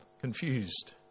confused